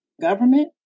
government